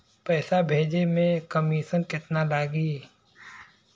पैसा भेजे में कमिशन केतना लागि?